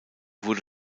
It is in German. wurde